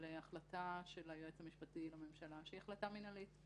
על החלטה של היועץ המשפטי לממשלה שהיא החלטה מנהלית.